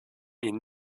ihnen